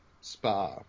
spa